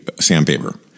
sandpaper